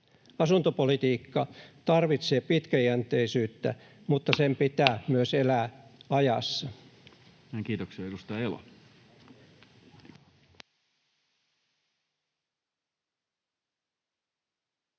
Asuntopolitiikka tarvitsee pitkäjänteisyyttä, mutta sen pitää myös elää ajassa. Kiitoksia. — Edustaja Elo.